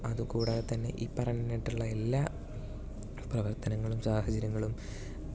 അതുകൂടാതെ തന്നെ ഇപ്പറഞ്ഞിട്ടുള്ള എല്ലാ പ്രവർത്തനങ്ങളും സാഹചര്യങ്ങളും